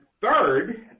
third